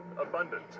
abundant